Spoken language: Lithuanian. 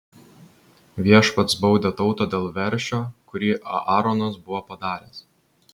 viešpats baudė tautą dėl veršio kurį aaronas buvo padaręs